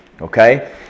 Okay